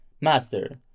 Master